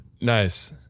Nice